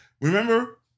Remember